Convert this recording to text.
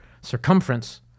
circumference